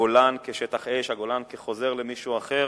הגולן כשטח אש, הגולן כחוזר למישהו אחר.